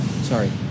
Sorry